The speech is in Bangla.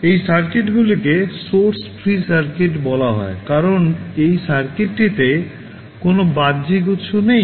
এই সার্কিটগুলিকে সোর্স ফ্রি সার্কিট বলা হয় কারণ এই সার্কিটটিতে কোনও বাহ্যিক উৎস নেই